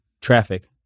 traffic